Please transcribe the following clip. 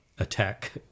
attack